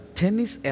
tennis